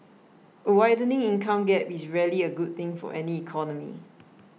a widening income gap is rarely a good thing for any economy